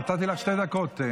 נתתי לך שתי דקות.